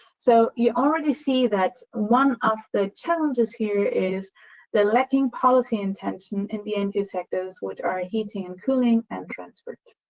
so, you already see that one of the challenges here is the lacking policy intention in the energy sectors which are heating and cooling and transport.